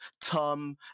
tom